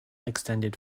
extended